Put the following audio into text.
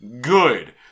Good